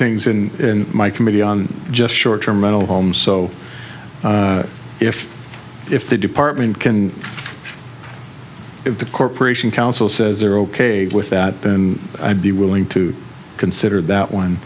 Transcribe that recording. things in my committee on just short term mental homes so if if the department can if the corporation council says they're ok with that then i'd be willing to consider that one